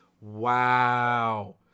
Wow